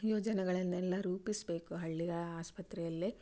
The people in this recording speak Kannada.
ಯೋಜನೆಗಳನ್ನೆಲ್ಲಾ ರೂಪಿಸಬೇಕು ಹಳ್ಳಿಯ ಆಸ್ಪತ್ರೆಯಲ್ಲೇ